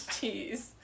cheese